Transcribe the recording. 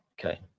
Okay